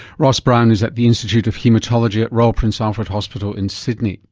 ross brown is at the institute of haematology at royal prince alfred hospital in sydney